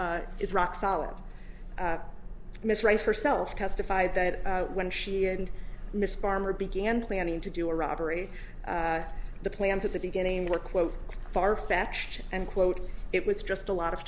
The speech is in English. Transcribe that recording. is rock solid miss rice herself testified that when she and miss farmer began planning to do a robbery at the plant at the beginning were quote far fetched and quote it was just a lot of